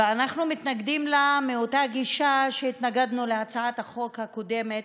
ואנחנו מתנגדים לה מאותה גישה שהתנגדנו להצעת החוק הקודמת,